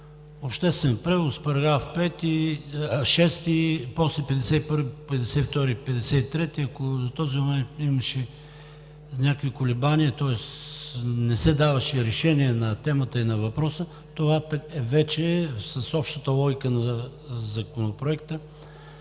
обществен превоз –§ 6, после 51-ви, 52-и и 53-ти. Ако до този момент имаше някакво колебание, тоест не се даваше решение на темата и на въпроса, това вече с общата логика на Законопроекта